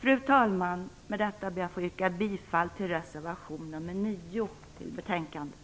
Fru talman! Med detta yrkar jag bifall till reservation nr 9, som är fogad till betänkandet.